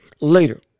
later